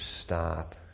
stop